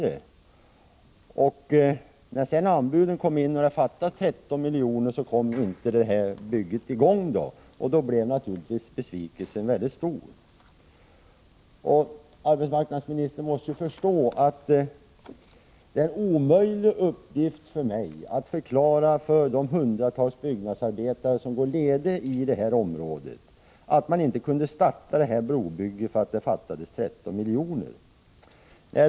Men när anbuden 20 mars 1986 hade kommit in och man upptäckte att det fattades 13 milj.kr. blev det här bygget inte av. Besvikelsen blev naturligtvis mycket stor. Arbetsmarknadsministern måste förstå att det är en omöjlig uppgift för mig att förklara för de hundratals byggnadsarbetare som går utan arbete i området i fråga att brobygget inte kunde startas, därför att det fattades 13 ag milj.kr.